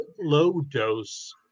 low-dose